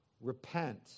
repent